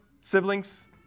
siblings